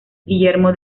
guillermo